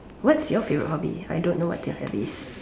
what's your favorite hobby I don't know what your hobby is